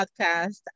podcast